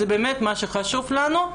זה באמת מה שחשוב לנו,